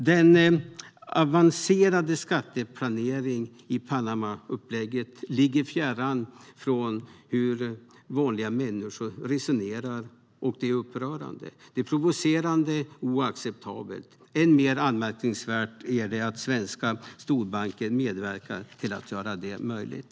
Den avancerade skatteplaneringen i Panamaupplägget ligger fjärran från hur vanliga människor resonerar, och den är upprörande, provocerande och oacceptabel. Än mer anmärkningsvärt är att svenska storbanker medverkar till att göra det möjligt.